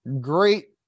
great